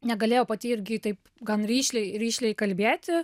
negalėjo pati irgi taip gan rišliai rišliai kalbėti